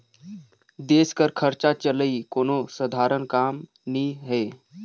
देस कर खरचा चलई कोनो सधारन काम नी हे